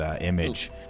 image